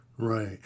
Right